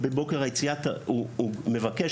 בבוקר היציאה הוא מבקש,